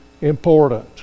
important